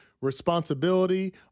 responsibility